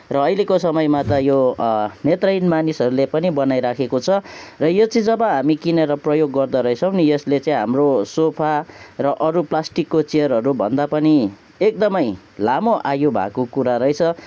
र अहिलेको समयमा त यो नेत्रहीन मानिसहरूले पनि बनाइराखेको छ र यो चाहिँ जब हामी किनेर प्रयोग गर्दा रहेछौँ नि यसले चाहिँ हाम्रो सोफा र अरू प्लासटिकको चेयरहरू भन्दा पनि एकदमै लामो आयु भएको कुरा रहेछ